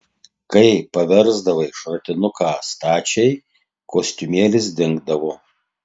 kai paversdavai šratinuką stačiai kostiumėlis dingdavo